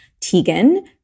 Tegan